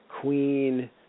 Queen